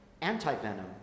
Anti-venom